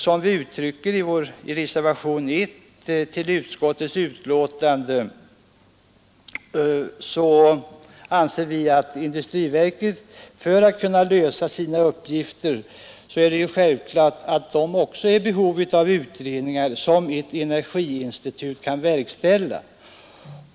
Som vi uttrycker det i reservation 1 till utskottets betänkande, anser vi att industriverket för att kunna lösa sina uppgifter självklart har behov av de utredningar som ett energiinstitut kan verkställa.